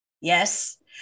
Yes